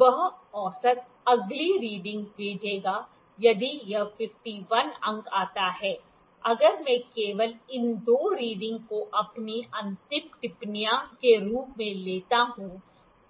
तो वह औसत अगली रीडिंग भेजेगा यदि यह 51 अंक आता है अगर मैं केवल इन दो रीडिंग को अपनी अंतिम टिप्पणियों के रूप में लेता हूं